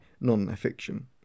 non-fiction